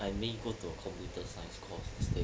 I may go to a computer science course instead